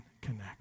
connect